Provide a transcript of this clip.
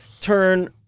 turn